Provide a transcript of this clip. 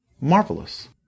marvelous